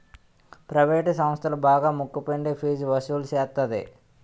private సంస్థలు బాగా ముక్కు పిండి ఫీజు వసులు సేత్తది